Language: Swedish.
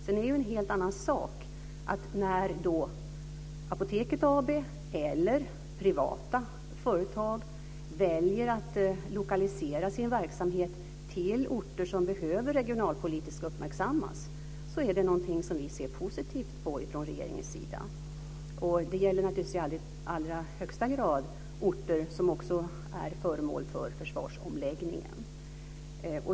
Sedan är det en helt annan sak att när Apoteket AB eller privata företag väljer att lokalisera sin verksamhet till orter som behöver regionalpolitisk uppmärksamhet är det något som vi ser positivt på från regeringens sida. Det gäller naturligtvis i allra högsta grad också orter som är föremål för försvarsomläggningen.